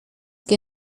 que